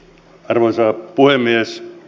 arvoisa puhemies